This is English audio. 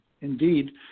Indeed